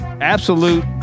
absolute